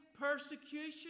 persecution